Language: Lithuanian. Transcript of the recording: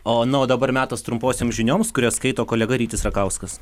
o na o dabar metas trumposioms žinioms kurias skaito kolega rytis rakauskas